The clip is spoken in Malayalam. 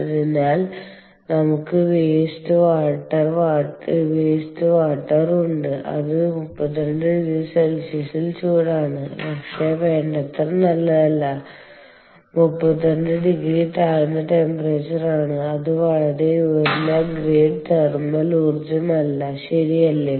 അതിനാൽ നമുക്ക് വേസ്റ്റ് വാമ്മ് വാട്ടർ ഉണ്ട് അത് 32C ൽ ചൂടാണ് പക്ഷേ വേണ്ടത്ര നല്ലതല്ല 32 ഡിഗ്രി താഴ്ന്ന ടെമ്പറേച്ചറാണ് അത് വളരെ ഉയർന്ന ഗ്രേഡ് തെർമൽ ഊർജ്ജമല്ല ശരിയല്ലേ